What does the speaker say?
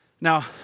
Now